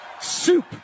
Soup